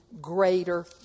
greater